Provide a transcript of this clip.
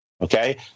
Okay